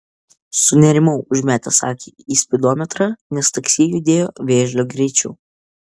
sunerimau užmetęs akį į spidometrą nes taksi judėjo vėžlio greičiu